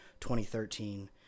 2013